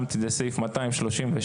זה סעיף 236,